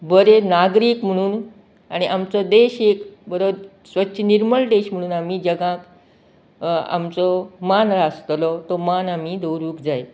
बरें नागरीक म्हणून आनी आमचो देश एक बरो स्वच्छ निर्मळ देश म्हणून आमी जगाक आमचो मान जो आसतलो तो मान आमी दवरूंक जाय